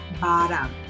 bottom